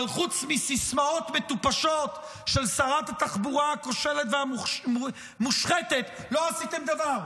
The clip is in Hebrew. אבל חוץ מסיסמאות מטופשות של שרת התחבורה הכושלת והמושחתת לא עשיתם דבר.